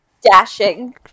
dashing